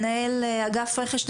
מנהל אגף רכש,